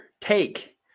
take